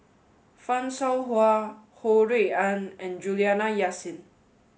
Fan Shao Hua Ho Rui An and Juliana Yasin